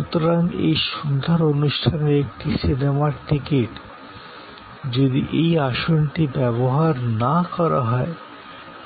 সুতরাং এই সন্ধ্যার অনুষ্ঠানের একটি সিনেমার টিকিট যদি এই আসনটি ব্যবহার না করা হয়